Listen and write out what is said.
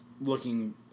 Looking